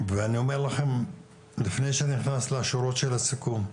אני אומר לכם, לפני שאני נכנס לשורות הסיכום,